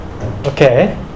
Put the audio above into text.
Okay